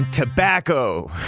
Tobacco